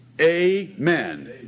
Amen